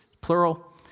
plural